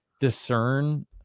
discern